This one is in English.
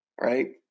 right